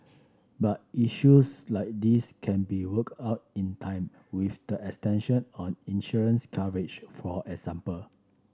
but issues like these can be worked out in time with the extension of insurance coverage for example